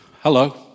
Hello